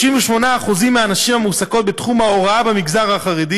38% מהנשים המועסקות בתחום ההוראה במגזר החרדי